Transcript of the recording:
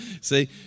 See